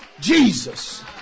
Jesus